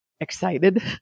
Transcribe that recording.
excited